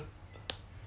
Crystal 吃 liao mah